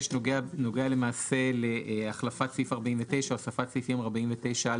סעיף 26 נוגע להחלפת סעיף 49 והוספת סעיפים 49א